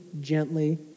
gently